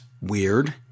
weird